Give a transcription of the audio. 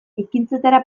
ekintzetara